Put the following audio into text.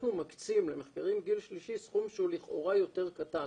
אנחנו מקצים למחקרים גיל שלישי סכום שהוא לכאורה יותר קטן,